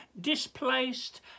displaced